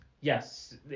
Yes